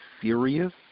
serious